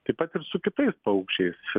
taip pat ir su kitais paukščiais